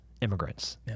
immigrants